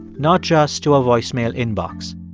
not just to a voicemail inbox,